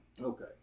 Okay